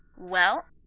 well,